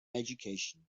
education